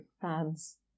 fans